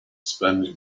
spanish